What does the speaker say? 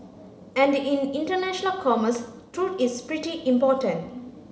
and in international commerce truth is pretty important